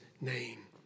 name